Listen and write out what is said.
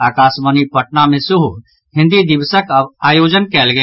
आकाशवाणी पटना मे सेहो हिन्दी दिवसक आयोजन कयल गेल